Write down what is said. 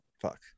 Fuck